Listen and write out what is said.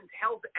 health